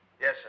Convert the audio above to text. Yes